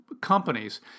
companies